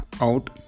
out